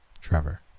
Trevor